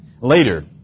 later